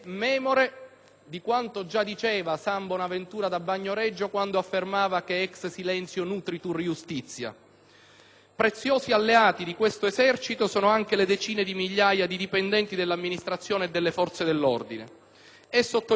di quanto già diceva San Bonaventura da Bagnoregio, quando affermava che *ex silentio nutritur iustitia*. Preziosi alleati di questo esercito sono anche le decine di migliaia di dipendenti dell'Amministrazione e delle forze dell'ordine. È sotto gli occhi di tutti